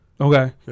Okay